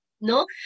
no